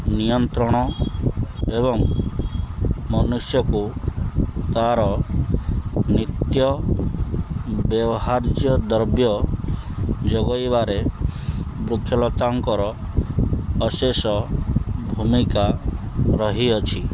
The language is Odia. ନିୟନ୍ତ୍ରଣ ଏବଂ ମନୁଷ୍ୟକୁ ତା'ର ନିତ୍ୟ ବ୍ୟବହାରର୍ଯ୍ୟ ଦ୍ରବ୍ୟ ଯୋଗାଇବାରେ ବୃକ୍ଷଲତାଙ୍କର ଅଶେଷ ଭୂମିକା ରହିଅଛି